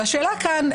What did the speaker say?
והשאלה כאן,